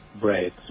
bright